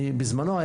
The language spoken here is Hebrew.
בזמנו,